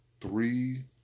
Three